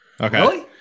Okay